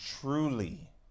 truly